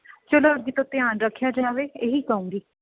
ਚਲੋ ਅੱਗੇ ਤੋਂ ਧਿਆਨ ਰੱਖਿਆ ਜਾਵੇ ਇਹੀ ਕਹੂੰਗੀ